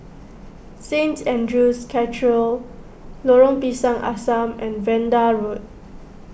Saint andrew's Cathedral Lorong Pisang Asam and Vanda Road